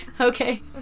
Okay